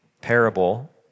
parable